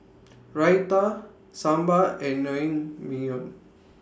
Raita Sambar and Naengmyeon